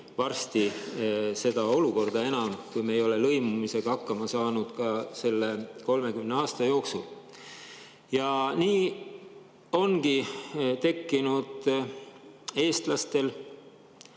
varsti enam seda olukorda. Me ei ole lõimumisega hakkama saanud ka selle 30 aasta jooksul. Nii ongi tekkinud eestlastel